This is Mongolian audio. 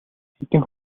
хэдэн